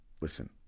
Listen